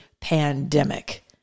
pandemic